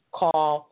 call